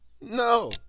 No